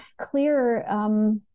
clear